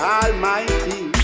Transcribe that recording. almighty